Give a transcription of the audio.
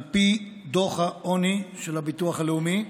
על פי דוח העוני של הביטוח הלאומי,